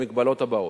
במגבלות הבאות: